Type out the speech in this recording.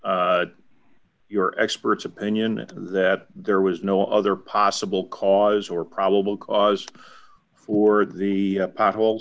your expert's opinion that there was no other possible cause or probable cause for the holes well